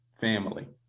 family